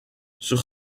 sur